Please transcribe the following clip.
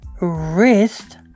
wrist